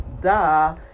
Duh